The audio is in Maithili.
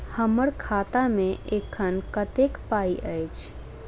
हम्मर खाता मे एखन कतेक पाई अछि?